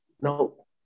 No